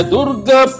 Durga